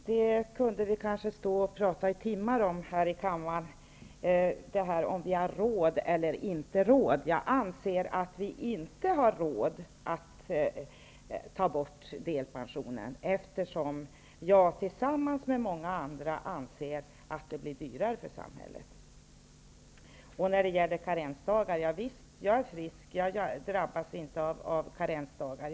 Fru talman! Vi skulle kanske kunna stå i timmar här i kammaren och tala om huruvida vi har råd eller inte råd. Jag anser att vi inte har råd att ta bort delpensionen. Jag tillsammans med många andra anser att det blir dyrare för samhället. Sedan till karensdagar. Ja visst, jag är frisk och drabbas inte av karensdagar.